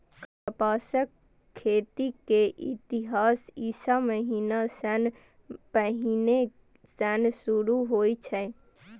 कपासक खेती के इतिहास ईशा मसीह सं पहिने सं शुरू होइ छै